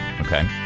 Okay